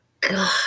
God